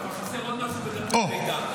חסר עוד משהו בדפי מידע.